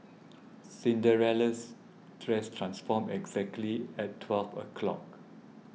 Cinderella's dress transformed exactly at twelve o'clock